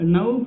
Now